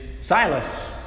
Silas